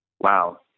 wow